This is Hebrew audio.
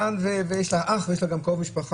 כאן ויש לה אח ויש לה גם קרוב משפחה,